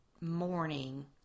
morning